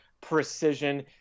precision